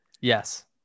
Yes